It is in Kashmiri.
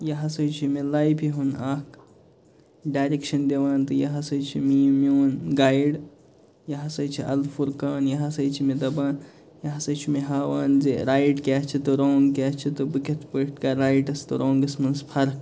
یہِ ہسا چھُ مےٚ لایفہِ ہُنٛد اَکھ ڈایریٚکشَن دِوان تہٕ یہِ ہسا چھِ میٲنۍ میوٗن گایِڈ یہِ ہسا چھِ الفُرقان یہِ ہسا چھِ مےٚ دَپان یہِ ہسا چھُ مےٚ ہاوان زِ رایِٹ کیاہ چھِ تہٕ رانٛگ کیاہ چھِ تہٕ بہٕ کِتھ پٲٹھۍ کَرٕ رایٹَس تہٕ رانٛگس منٛز فرق